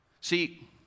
See